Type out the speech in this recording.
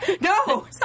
No